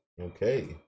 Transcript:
Okay